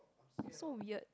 so weird